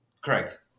Correct